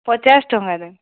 ପଚାଶ ଟଙ୍କାରେ